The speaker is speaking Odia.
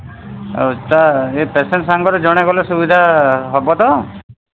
ଆଚ୍ଛା ଏ ପେସେଣ୍ଟ ସାଙ୍ଗରେ ଜଣେ ଗଲେ ସୁବିଧା ହେବ ତ